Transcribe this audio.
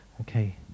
Okay